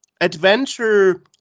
adventure